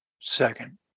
Second